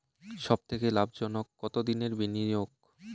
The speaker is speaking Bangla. সবথেকে বেশি লাভজনক কতদিনের বিনিয়োগ?